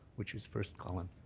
which is first column,